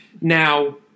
Now